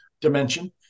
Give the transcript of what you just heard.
dimension